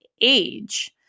age